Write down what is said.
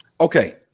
okay